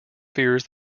fears